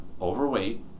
overweight